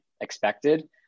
expected